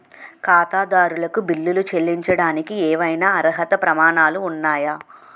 ఖాతాదారులకు బిల్లులు చెల్లించడానికి ఏవైనా అర్హత ప్రమాణాలు ఉన్నాయా?